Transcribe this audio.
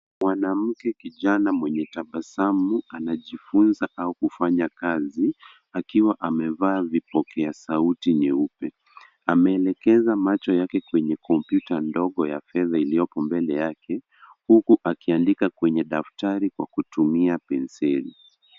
Mwanamke kijana mwenye tabasamu anajifunza au kufanya kazi akiwa amevaa vipokea sauti nyeupe. Ameelekeza macho yake kwenye kompyuta nyeupe iliyoko mbele yake huku akiandika kwenye daftari kwa kutumia penseli.